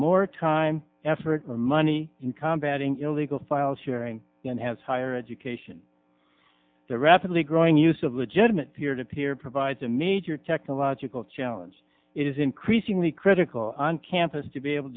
more time effort and money in combat in illegal file sharing and has higher education the rapidly growing use of legitimate peer to peer provides a major technological challenge is increasingly critical on campus to be able